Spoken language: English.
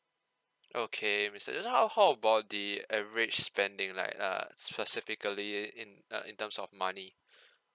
okay mister john how how about the average spending like err specifically in uh in terms of money